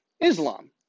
Islam